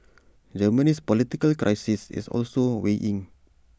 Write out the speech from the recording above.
Germany's political crisis is also weighing